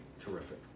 terrific